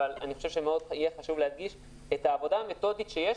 אבל אני חושב שחשוב להדגיש את העבודה המתודית שיש